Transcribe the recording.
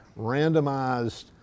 randomized